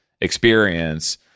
experience